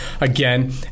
again